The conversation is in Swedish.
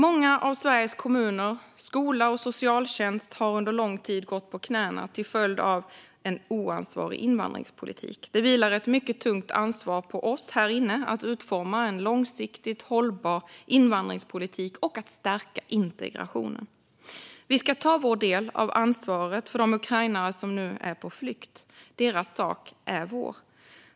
Skola och socialtjänst i många av Sveriges kommuner har under lång tid gått på knäna till följd av en oansvarig invandringspolitik. Det vilar ett mycket tungt ansvar på oss här inne att utforma en långsiktigt hållbar invandringspolitik och att stärka integrationen. Vi ska ta vår del av ansvaret för de ukrainare som nu är på flykt. Deras sak är vår.